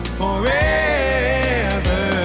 forever